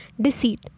deceit